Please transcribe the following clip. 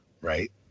right